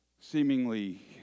seemingly